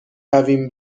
رویم